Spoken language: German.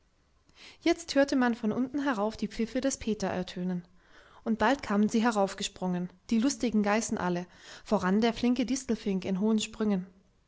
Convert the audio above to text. jetzt hörte man von unten herauf die pfiffe des peter ertönen und bald kamen sie heraufgesprungen die lustigen geißen alle voran der flinke distelfink in hohen sprüngen